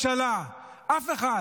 הממשלה חייבת, אתה יודע למה?